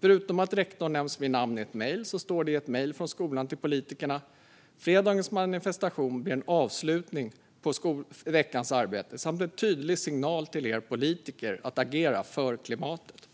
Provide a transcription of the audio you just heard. Förutom att rektorn nämns vid namn i ett mejl står det i ett mejl från skolan till politikerna att "fredagens manifestation blir en avslutning på veckans arbete samt en tydlig signal till er politiker att agera FÖR klimatet".